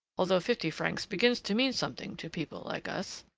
although fifty francs begins to mean something to people like us.